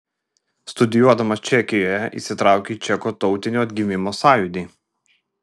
studijuodamas čekijoje įsitraukė į čekų tautinio atgimimo sąjūdį